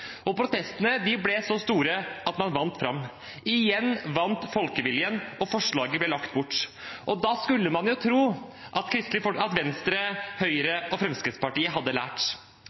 statsminister. Protestene ble så store at man vant fram. Igjen vant folkeviljen, og forslaget ble lagt bort. Da skulle man tro at Venstre, Høyre og Fremskrittspartiet hadde lært.